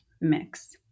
mix